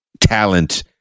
talent